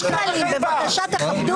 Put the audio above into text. יש כללים, בבקשה תכבדו.